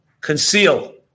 conceal